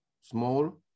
small